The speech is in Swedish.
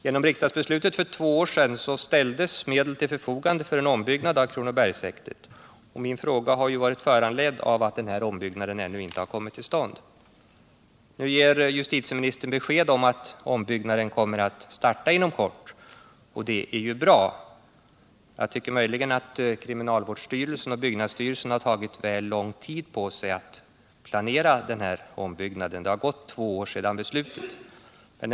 Genom riksdagsbeslutet för två år sedan ställdes medel till förfogande för en ombyggnad av Kronobergshäktet, och min fråga är föranledd av att denna ombyggnad ännu inte kommit till stånd. Nu ger justitieministern besked om att ombyggnaden kommer att starta inom kort, och det är bra. Men jag tycker nog att kriminalvårdsstyrelsen och byggnadsstyrelsen har tagit väl lång tid på sig för att planera den här ombyggnaden —det har ju gått två år sedan beslutet fattades.